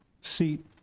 seat